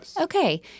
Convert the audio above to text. okay